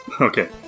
Okay